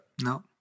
No